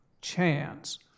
chance